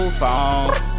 phone